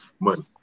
money